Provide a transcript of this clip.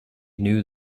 knew